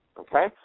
Okay